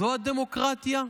זו הדמוקרטיה?